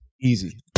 easy